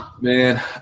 man